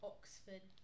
Oxford